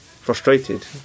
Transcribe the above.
frustrated